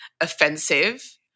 offensive